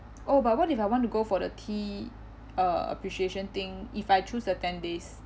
oh but what if I want to go for the tea uh appreciation thing if I choose a ten days